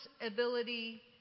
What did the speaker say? ability